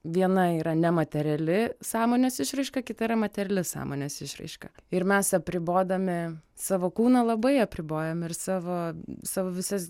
viena yra nemateriali sąmonės išraiška kita yra materiali sąmonės išraiška ir mes apribodami savo kūną labai apribojame ir savo savo visas